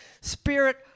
Spirit